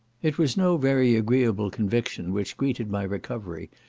it was no very agreeable conviction which greeted my recovery,